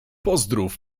pozdrów